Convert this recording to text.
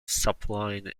supplying